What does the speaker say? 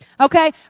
okay